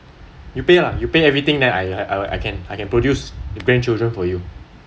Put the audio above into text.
you pay lah you pay everything then I I can produce the grandchildren for you